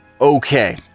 Okay